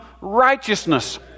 righteousness